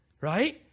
Right